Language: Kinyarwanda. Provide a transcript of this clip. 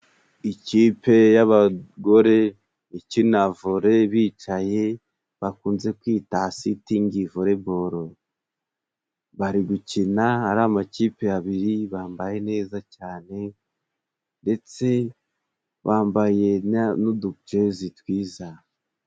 Ikipe y'abagore ikina vore bicaye, bakunze kwita sitingi voreboro bari gukina ari amakipe abiri, bambaye neza cyane ndetse bambaye n'utujezi twiza.